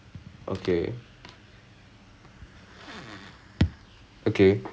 அவங்கே வந்து:avangae vanthu uh freshie uh accountancy படிச்சுட்டு இருக்காங்கே:padichuttu irukkaangae